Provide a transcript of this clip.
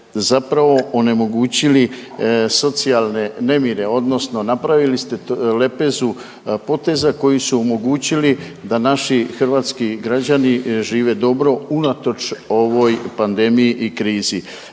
zapravo onemogućili socijalne nemire odnosno napravili ste lepezu poteza koji su omogućili da naši hrvatski građani žive dobro unatoč ovoj pandemiji i krizi.